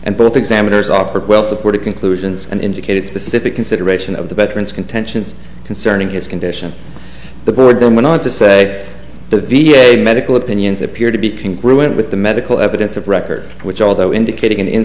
and both examiners offered well supported conclusions and indicated specific consideration of the veterans contentions concerning his condition the board then went on to say the v a medical opinions appear to be can ruin with the medical evidence of record which although indicating an in